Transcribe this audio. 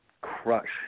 crush